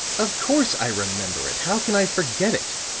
of course i remember it. how can i forget it?